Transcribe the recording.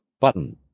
Button